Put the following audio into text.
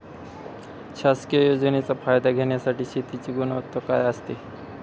शासकीय योजनेचा फायदा घेण्यासाठी शेतीची गुणवत्ता काय असते?